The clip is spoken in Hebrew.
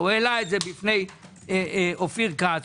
הוא העלה את זה בפני אופיר כץ,